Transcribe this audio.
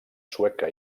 sueca